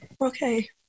Okay